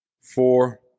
four